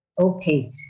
Okay